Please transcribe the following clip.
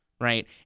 right